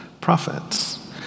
prophets